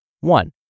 One